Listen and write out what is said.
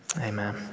Amen